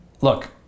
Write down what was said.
Look